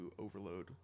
overload